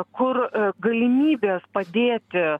kur galimybės padėti